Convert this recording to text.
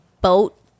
boat